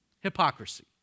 Hypocrisy